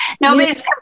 Nobody's